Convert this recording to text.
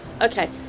Okay